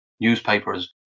newspapers